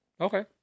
Okay